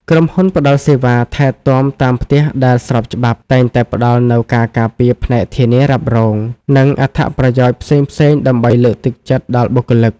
ក្រុមហ៊ុនផ្ដល់សេវាថែទាំតាមផ្ទះដែលស្របច្បាប់ តែងតែផ្តល់នូវការការពារផ្នែកធានារ៉ាប់រង និងអត្ថប្រយោជន៍ផ្សេងៗដើម្បីលើកទឹកចិត្តដល់បុគ្គលិក។